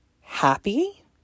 happy